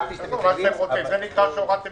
זה נקרא שהורדתם